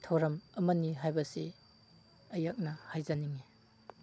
ꯊꯧꯔꯝ ꯑꯃꯅꯤ ꯍꯥꯏꯕꯁꯤ ꯑꯩꯍꯥꯛꯅ ꯍꯥꯏꯖꯅꯤꯡꯉꯤ